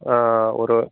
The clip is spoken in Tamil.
ஒரு